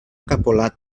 capolat